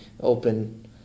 open